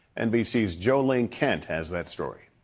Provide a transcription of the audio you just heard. nbc's jo ling kent has that story.